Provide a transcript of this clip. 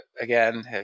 Again